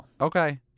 Okay